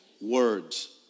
words